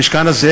המשכן הזה,